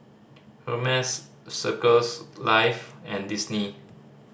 Hermes Circles Life and Disney